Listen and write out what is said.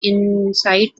insight